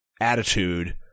attitude